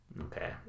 Okay